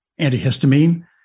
antihistamine